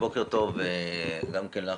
בוקר טוב גם לך,